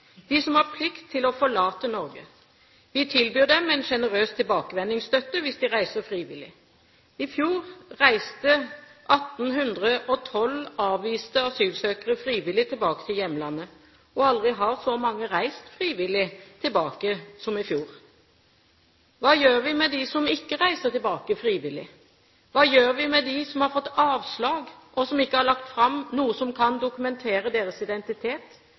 som har plikt til å forlate Norge? Vi tilbyr dem en generøs tilbakevendingsstøtte hvis de reiser frivillig. I fjor reiste 1 812 avviste asylsøkere frivillig tilbake til hjemlandet, og aldri har så mange reist frivillig tilbake som i fjor. Hva gjør vi med dem som ikke reiser tilbake frivillig? Hva gjør vi med dem som har fått avslag, og som ikke har lagt fram noe som kan dokumentere deres identitet